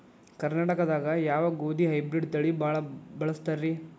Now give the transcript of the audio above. ಕರ್ನಾಟಕದಾಗ ಯಾವ ಗೋಧಿ ಹೈಬ್ರಿಡ್ ತಳಿ ಭಾಳ ಬಳಸ್ತಾರ ರೇ?